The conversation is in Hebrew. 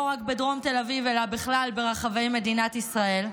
לא רק בדרום תל אביב אלא בכלל ברחבי מדינת ישראל,